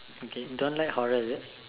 okay you don't like horror is it